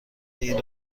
این